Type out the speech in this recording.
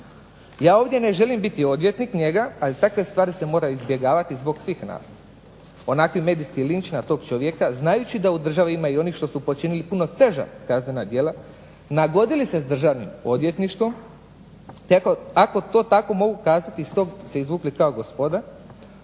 Ja ovdje ne želim biti odvjetnik njega ali takve stvari se moraju izbjegavati zbog svih nas. Onakvi medijski linč na tog čovjeka znajući da u državi ima i onih koji su počinili puno teža kaznena djela nagodili se sa državnim odvjetništvom te ako to mogu tako kazati iz toga se izvukli kao gospoda,